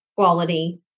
Quality